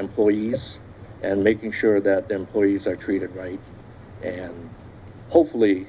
employees and making sure that the employees are treated right and hopefully